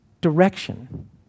direction